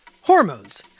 hormones